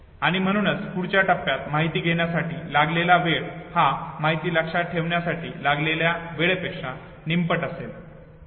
आणि म्हणूनच पुढच्या टप्प्यात माहिती घेण्यासाठी लागलेला वेळ हा माहिती लक्षात ठेवण्यासाठी लागलेल्या वेळेपेक्षा भिन्न असेल ठीक आहे